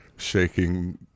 shaking